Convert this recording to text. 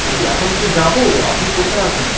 বলছি এখন কি যাব আপনি কোথায় আছেন